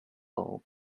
bulb